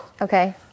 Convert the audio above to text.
Okay